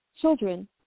children